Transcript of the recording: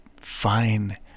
fine